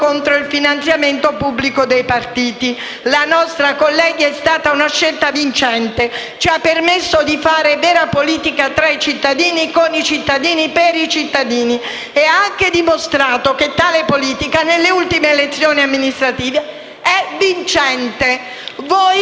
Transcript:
contro il finanziamento pubblico dei partiti. La nostra, colleghi, è stata una scelta vincente, ci ha permesso di fare vera politica tra i cittadini, con i cittadini e per i cittadini ed ha anche dimostrato che tale politica, nelle ultime elezioni amministrative, è vincente. Vi